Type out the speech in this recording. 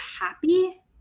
happy